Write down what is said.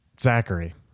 Zachary